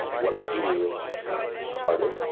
what i do pardon me? oh,